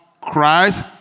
Christ